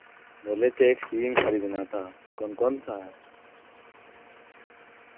بولے تھے ایک سیم خریدنا تھا کون کون سا ہے